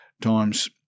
times